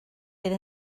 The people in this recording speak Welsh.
fydd